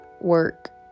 work